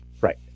Right